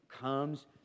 comes